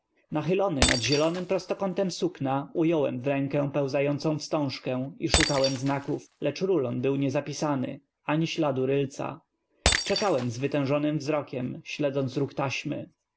achylony nad zielonym p ro stokątem sukna ująłem w rękę pełzającą w stążkę i szukałem znaków lecz rulon był niezapisany ani śladu rylca czekałem z w y tężonym w zrokiem śledząc ruch ta